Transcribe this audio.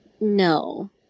No